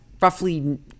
roughly